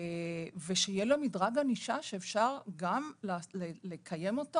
שיהיה לו מדרג ענישה שאפשר גם לקיים אותו